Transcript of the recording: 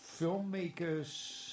filmmakers